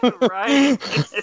Right